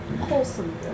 wholesome